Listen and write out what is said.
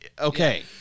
okay